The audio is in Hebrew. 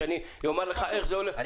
שאני אומר לך איך זה הולך?